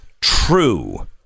true